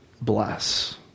Bless